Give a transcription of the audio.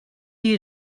you